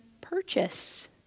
purchase